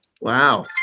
Wow